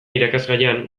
irakasgaian